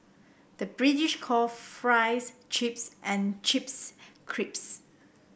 the British call fries chips and chips crisps